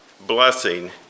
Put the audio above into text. blessing